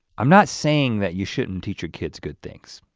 i'm not saying that you shouldn't teach your kids good things.